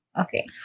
okay